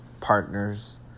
partners